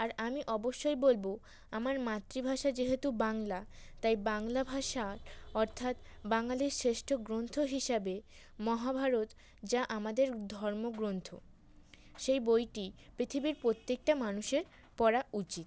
আর আমি অবশ্যই বলব আমার মাতৃভাষা যেহেতু বাংলা তাই বাংলা ভাষা অর্থাৎ বাঙালির শ্রেষ্ঠ গ্রন্থ হিসাবে মহাভারত যা আমাদের ধর্মগ্রন্থ সেই বইটি পৃথিবীর প্রত্যকেটা মানুষের পড়া উচিত